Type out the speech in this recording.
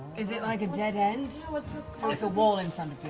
is it like a dead end? so it's a it's a wall in front